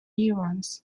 neurons